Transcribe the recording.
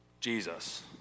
Jesus